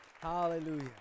Hallelujah